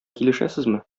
килешәсезме